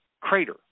crater